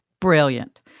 Brilliant